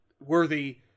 worthy